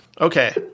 okay